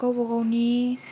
गावबा गावनि